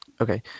Okay